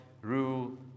rule